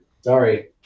Sorry